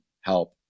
help